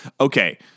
Okay